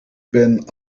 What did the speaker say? ben